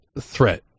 threat